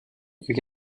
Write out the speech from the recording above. you